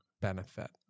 benefit